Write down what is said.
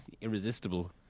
irresistible